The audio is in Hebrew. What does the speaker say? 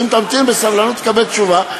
אם תמתין בסבלנות תקבל תשובה,